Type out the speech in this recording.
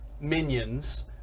minions